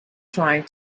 trying